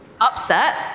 Upset